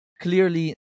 clearly